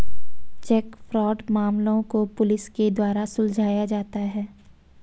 check fraud मामलों को police के द्वारा सुलझाया जाता है